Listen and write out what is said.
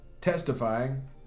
testifying